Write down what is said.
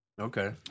Okay